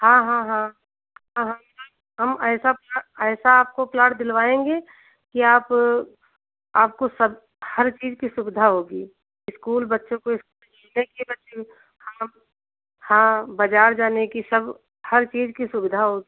हाँ हाँ हाँ हम हम ऐसा प्लाॅट ऐसा आपको प्लाॅट दिलवाएँगे कि आप आपको सब हर चीज़ की सुविधा होगी इस्कूल बच्चों को इस्कूल मिलेंगे बच्चे को हाँ हाँ बाज़ार जाने की सब हर चीज़ की सुविधा होगी